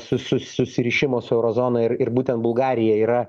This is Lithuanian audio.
su su susirišimo su euro zona ir ir būtent bulgarija yra